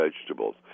vegetables